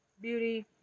beauty